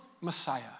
messiah